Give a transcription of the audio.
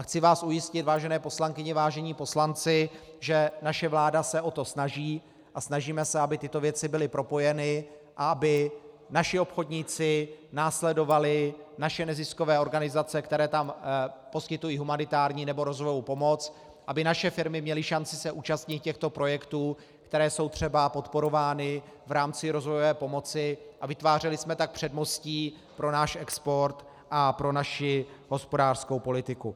Chci vás ujistit, vážené poslankyně, vážení poslanci, že naše vláda se o to snaží a snažíme se, aby tyto věci byly propojeny a aby naši obchodníci následovali naše neziskové organizace, které tam poskytují humanitární nebo rozvojovou pomoc, aby naše firmy měly šanci se účastnit těchto projektů, které jsou třeba podporovány v rámci rozvojové pomoci, a vytvářeli jsme tak předmostí pro náš export a pro naši hospodářskou politiku.